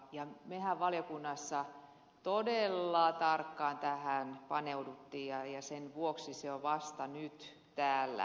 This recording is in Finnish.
mehän valiokunnassa todella tarkkaan tähän paneuduimme ja sen vuoksi se on vasta nyt täällä